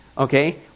Okay